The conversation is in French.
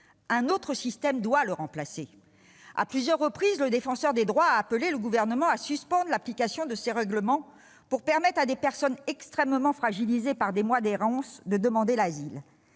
Un autre système doit le remplacer. À plusieurs reprises, le Défenseur des droits a appelé le Gouvernement à suspendre l'application de ce règlement pour permettre à des personnes extrêmement fragilisées par des mois d'errance de demander l'asile.